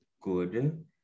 good